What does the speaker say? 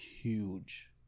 huge